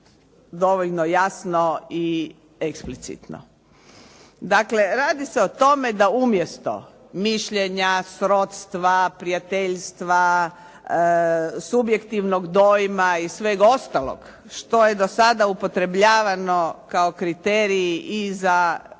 dovoljno jasno i eksplicitno. Dakle, radi se o tome da umjesto mišljenja, srodstva, prijateljstva, subjektivnog dojma i sveg ostalog što je do sada upotrebljavano kao kriteriji i za